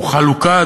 הוא חלוקה,